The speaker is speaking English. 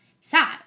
sad